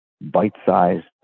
bite-sized